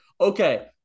Okay